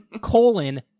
colon